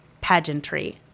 pageantry